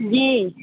जी